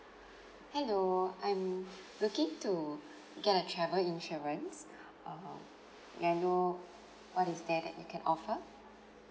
hello I'm looking to get a travel insurance uh may I know what is there that you can offer